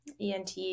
ENT